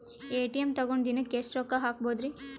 ATM ತಗೊಂಡ್ ದಿನಕ್ಕೆ ಎಷ್ಟ್ ರೊಕ್ಕ ಹಾಕ್ಬೊದ್ರಿ?